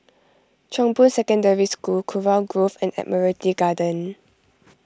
Chong Boon Secondary School Kurau Grove and Admiralty Garden